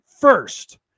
first